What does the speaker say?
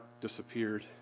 disappeared